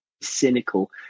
cynical